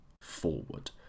forward